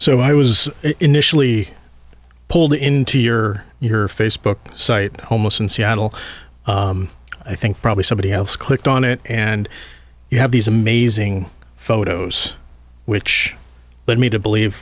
so i was initially pulled into your your facebook site homeless in seattle i think probably somebody else clicked on it and you have these amazing photos which lead me to believe